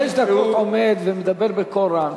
אתה כבר חמש דקות עומד ומדבר בקול רם.